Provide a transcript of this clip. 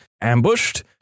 Ambushed